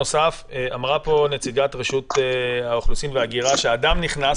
אמרה פה נציגת רשות האוכלוסין וההגירה שאדם נכנס,